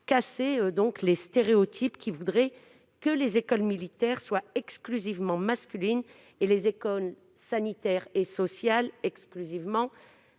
casser les stéréotypes selon lesquels les écoles militaires seraient exclusivement masculines, et les écoles sanitaires et sociales exclusivement féminines.